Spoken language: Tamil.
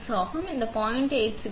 86 ஆகும் இது 0